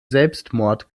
selbstmord